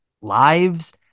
lives